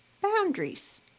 boundaries